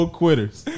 quitters